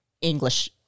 English